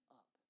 up